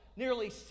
Nearly